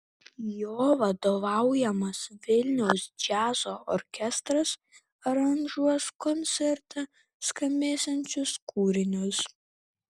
jo vadovaujamas vilniaus džiazo orkestras aranžuos koncerte skambėsiančius kūrinius